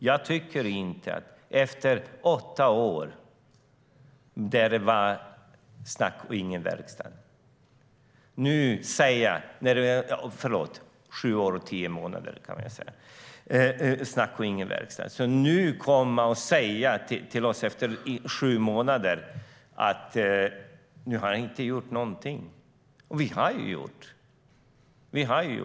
Jag tycker inte att man efter sju år och tio månader med snack men ingen verkstad nu, efter sju månader, kan komma och säga till oss att vi inte har gjort någonting. Vi har gjort en hel del.